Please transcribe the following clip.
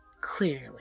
clearly